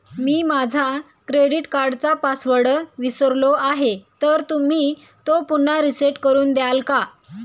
मी माझा क्रेडिट कार्डचा पासवर्ड विसरलो आहे तर तुम्ही तो पुन्हा रीसेट करून द्याल का?